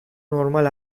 normal